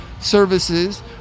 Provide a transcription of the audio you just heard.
services